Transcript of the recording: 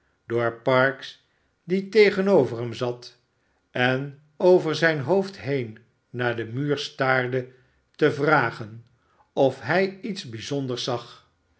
door parkes die tegenover hem zat en over zijn hoofd heen naar den muur staarde te vragen of hij iets bijzonders zag